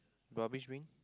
rubbish bin